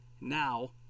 now